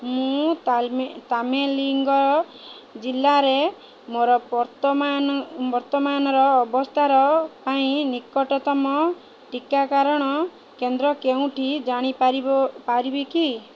ମୁଁ ତାଲିମ ତାମେଙ୍ଗଲଙ୍ଗ ଜିଲ୍ଲାରେ ମୋର ବର୍ତ୍ତମାନର ଅବସ୍ଥାନ ପାଇଁ ନିକଟତମ ଟିକାକରଣ କେନ୍ଦ୍ର କେଉଁଟି ଜାଣିପାରିବି କି